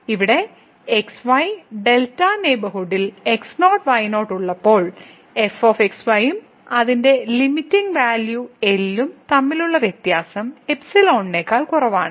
ഇവിടെ x y delta നെയ്ബർഹുഡിൽ x0 y0 ഉള്ളപ്പോൾ f x y ഉം അതിന്റെ ലിമിറ്റിങ് വാല്യൂ L ഉം തമ്മിലുള്ള വ്യത്യാസം എപ്സിലോണിനേക്കാൾ കുറവാണ്